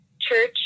church